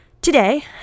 Today